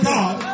God